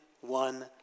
one